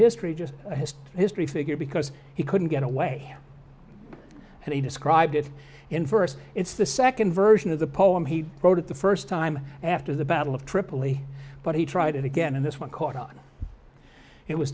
history just his history figure because he couldn't get away and he described it in verse it's the second version of the poem he wrote the first time after the battle of tripoli but he tried it again and this one caught on it was